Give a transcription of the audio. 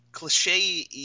Cliche